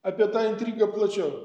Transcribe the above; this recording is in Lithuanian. apie tą intrigą plačiau